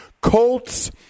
Colts